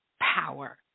power